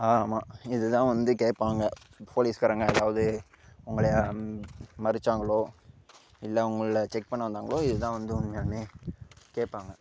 ஆமாம் இதுதான் வந்து கேட்பாங்க போலீஸ்காரங்க அதாவது உங்களை மறிச்சாங்களோ இல்லை உங்களை செக் பண்ண வந்தாங்களோ இதான் வந்து உண்மையாலுமே கேட்பாங்க